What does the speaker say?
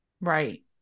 right